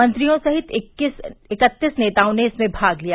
मंत्रियों सहित इक्कतीस नेताओं ने इसमें भाग लिया